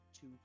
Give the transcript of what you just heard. two